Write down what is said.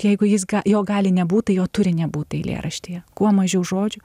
jeigu jis gal jo gali nebūti jo turi nebūti eilėraštyje kuo mažiau žodžių